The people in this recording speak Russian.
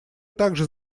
также